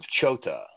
Chota